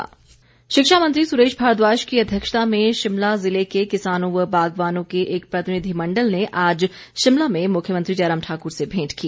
प्रतिनिधिमंडल शिक्षा मंत्री सुरेश भारद्वाज की अध्यक्षता में शिमला जिले के किसानों व बागवानों के एक प्रतिनिधिमंडल ने आज शिमला में मुख्यमंत्री जयराम ठाकुर से भेंट की